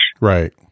Right